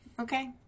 Okay